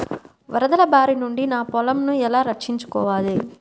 వరదల భారి నుండి నా పొలంను ఎలా రక్షించుకోవాలి?